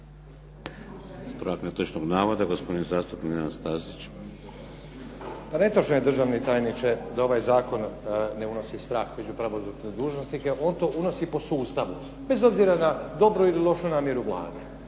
Ispravak netočnog navoda. Gospodin zastupnik Nenad Stazić. **Stazić, Nenad (SDP)** Netočno je, državni tajniče, da ovaj zakon ne unosi strah među pravosudne dužnosnike. On to unosi po sustavu, bez obzira na dobru ili lošu namjeru Vlade.